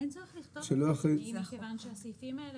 אין צורך לכתוב את זה כיוון שהסעיפים האלה